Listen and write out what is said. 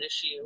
issue